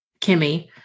Kimmy